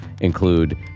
include